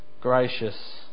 gracious